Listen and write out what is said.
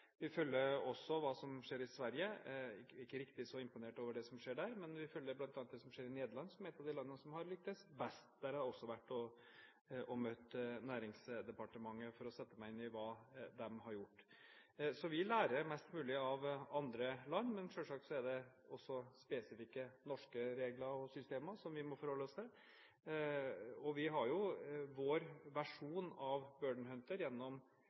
Vi følger også hva som skjer i Sverige. Jeg er ikke riktig så imponert over det som skjer der, men vi følger bl.a. det som skjer i Nederland, som er et av de landene som har lyktes best. Der har jeg også vært og møtt næringsdepartementet for å sette meg inn i hva de har gjort. Så vi lærer mest mulig av andre land, men selvsagt er det også spesifikke norske regler og systemer som vi må forholde oss til. Vi har jo vår versjon av «Burden Hunter» gjennom